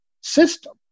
system